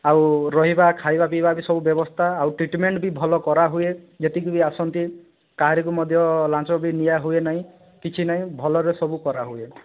ଆଉ ରହିବା ଖାଇବା ପିଇବା ବି ସବୁ ବ୍ୟବସ୍ଥା ଆଉ ଟ୍ରିଟ୍ମେଣ୍ଟ୍ ବି ଭଲ କରାହୁଏ ଯେତିକି ବି ଆସନ୍ତି କାହାରିକୁ ମଧ୍ୟ ଲାଞ୍ଚ ବି ନିଆ ହୁଏ ନାହିଁ କିଛି ନାହିଁ ଭଲରେ ସବୁ କରାହୁଏ